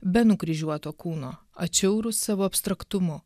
be nukryžiuoto kūno atšiaurūs savo abstraktumu